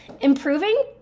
Improving